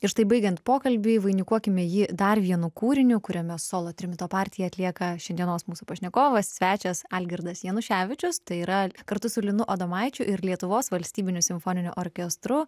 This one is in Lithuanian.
ir štai baigiant pokalbį vainikuokime jį dar vienu kūriniu kuriame solo trimito partiją atlieka šiandienos mūsų pašnekovas svečias algirdas januševičius tai yra kartu su linu adomaičiu ir lietuvos valstybiniu simfoniniu orkestru